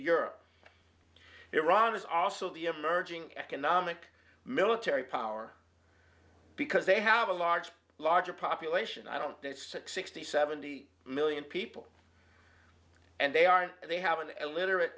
europe iran is also the emerging economic military power because they have a large larger population i don't need six hundred seventy million people and they aren't they have an illiterate